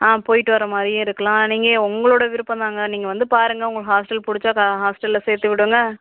ஆ போயிட்டு வர்றமாதிரியும் இருக்கலாம் நீங்கள் உங்களோடய விருப்பம்தாங்க நீங்கள் வந்த பாருங்கள் உங்களுக்கு ஹாஸ்ட்டல் பிடிச்சா ஹாஸ்ட்டல்லில் சேர்த்துவிடுங்க